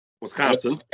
Wisconsin